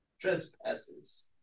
trespasses